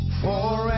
Forever